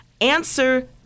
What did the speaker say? Answer